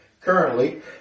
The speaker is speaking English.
currently